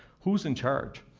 who's in charge?